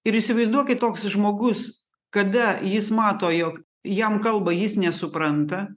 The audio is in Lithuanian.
ir įsivaizduokit toks žmogus kada jis mato jog jam kalba jis nesupranta